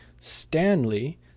stanley